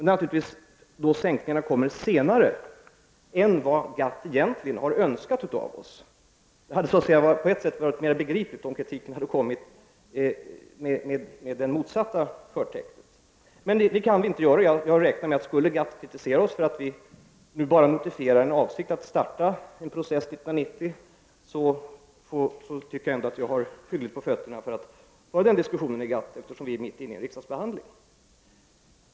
Sänkningarna kommer då naturligtvis senare än vad GATT egentligen har önskat av oss. Det hade på ett sätt varit mer begripligt om kritiken hade haft det motsatta förtecknet. Men detta är något vi inte kan göra. Jag räknar med att vi, om GATT skulle kritisera oss för att vi nu bara notifierar en avsikt att starta en process 1990, ändå har hyggligt på fötterna för att föra den diskussionen med GATT, detta eftersom vi är mitt inne i en riksdagsbehandling.